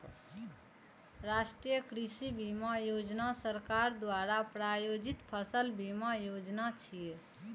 राष्ट्रीय कृषि बीमा योजना सरकार द्वारा प्रायोजित फसल बीमा योजना छियै